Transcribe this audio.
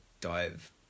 dive